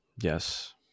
Yes